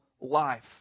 life